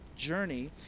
journey